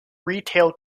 retail